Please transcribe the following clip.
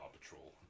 Patrol